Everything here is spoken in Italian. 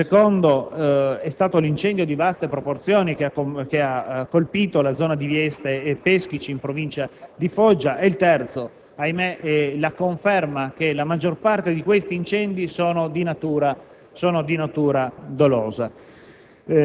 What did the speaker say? il secondo è stato l'incendio di vaste proporzioni che ha colpito la zona di Vieste e Peschici, in provincia di Foggia, ed il terzo, ahimè, è la conferma che la maggior parte di questi incendi sono di natura dolosa.